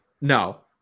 no